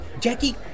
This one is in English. Jackie